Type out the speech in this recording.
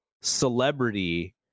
celebrity